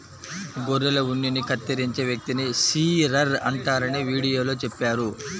గొర్రెల ఉన్నిని కత్తిరించే వ్యక్తిని షీరర్ అంటారని వీడియోలో చెప్పారు